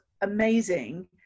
amazing